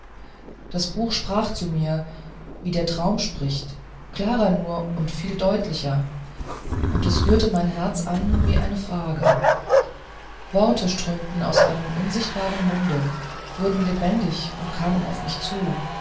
das buch sprach zu mir wie der traum spricht klarer nur und viel deutlicher und es rührte mein herz an wie eine frage worte strömten aus einem unsichtbaren munde wurden lebendig und kamen auf mich zu